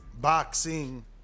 boxing